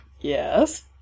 Yes